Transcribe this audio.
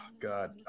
God